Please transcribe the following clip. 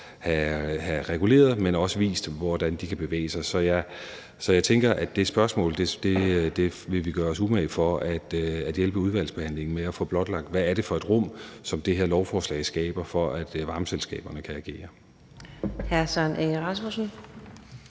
reguleret, men også vist, hvordan de kan bevæge sig. Så jeg tænker, at vi vil gøre os umage for at hjælpe i udvalgsbehandlingen med at få blotlagt, hvad det er for et rum, som det her lovforslag skaber for, at varmeselskaberne kan agere?